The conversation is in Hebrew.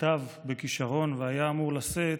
כתב בכישרון, והיה אמור לשאת,